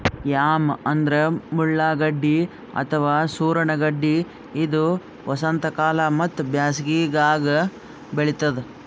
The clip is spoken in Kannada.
ಯಾಮ್ ಅಂದ್ರ ಮುಳ್ಳಗಡ್ಡಿ ಅಥವಾ ಸೂರಣ ಗಡ್ಡಿ ಇದು ವಸಂತಕಾಲ ಮತ್ತ್ ಬ್ಯಾಸಿಗ್ಯಾಗ್ ಬೆಳಿತದ್